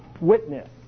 witness